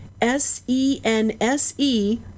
s-e-n-s-e